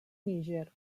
níger